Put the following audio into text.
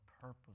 purpose